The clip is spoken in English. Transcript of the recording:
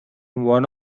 one